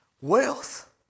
wealth